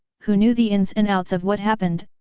who knew the ins and outs of what happened,